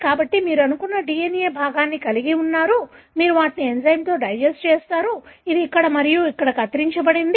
కాబట్టి మీరు DNA భాగాన్ని కలిగి ఉన్నారు మీరు వాటిని ఎంజైమ్తో డైజెస్ట్ చేసారు ఇది ఇక్కడ మరియు ఇక్కడ కత్తిరించబడుతుంది